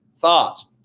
thoughts